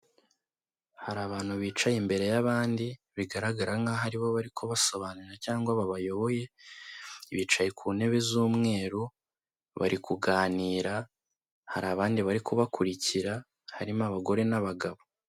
Hari abantu bicaye imbere y'abandi bigaragara nkaho ari bo bari kubasobanurira cyangwa babayoboye. Bicaye ku ntebe z'umweru bari kuganira. Hari abandi bari kubakurikira harimo abagore n'abagabo.